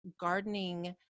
gardening